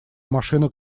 машина